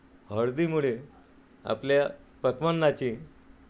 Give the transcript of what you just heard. हळदीमुळे आपल्या पक्वान्नाची